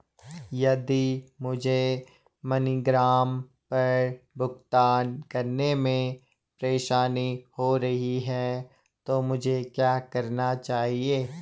यदि मुझे मनीग्राम पर भुगतान करने में परेशानी हो रही है तो मुझे क्या करना चाहिए?